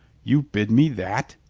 you bid me that?